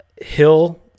Hill